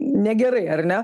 negerai ar ne